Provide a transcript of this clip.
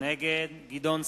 נגד גדעון סער,